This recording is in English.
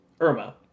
Irma